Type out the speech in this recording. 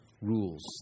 rules